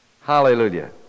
Hallelujah